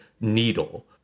needle